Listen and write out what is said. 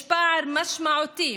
יש פער משמעותי